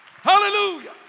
Hallelujah